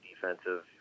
defensive